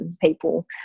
people